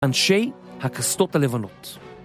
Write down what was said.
אנשי הקסדות הלבנות.